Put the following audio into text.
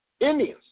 Indians